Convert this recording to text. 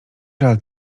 żal